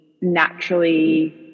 naturally